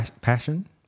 Passion